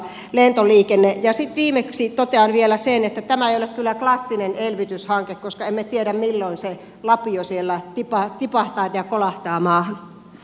sitten viimeksi totean vielä sen että tämä ei ole kyllä klassinen elvytyshanke koska emme tiedä milloin se lapio siellä tipahtaa ja kolahtaa maahan